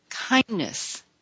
kindness